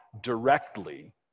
directly